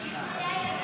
להצבעות.